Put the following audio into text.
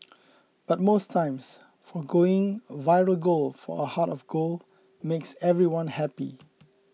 but most times foregoing viral gold for a heart of gold makes everyone happy